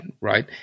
right